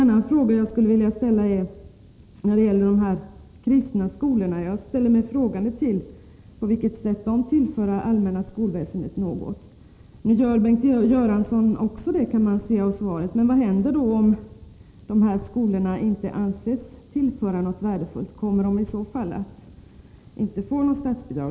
När det gäller dessa kristna skolor ställer jag mig frågande till på vilket sätt de kan tillföra det allmänna skolväsendet något. Av svaret kan man se att också Bengt Göransson gör det. Vad händer om dessa skolor inte anses tillföra det allmänna skolväsendet något värdefullt? Kommer de i så fall att inte längre få statsbidrag?